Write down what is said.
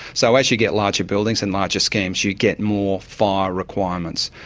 so as you get larger buildings and larger schemes, you get more fire requirements.